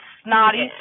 snotty